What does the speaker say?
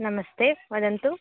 नमस्ते वदन्तु